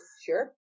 Sure